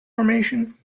formation